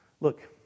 Look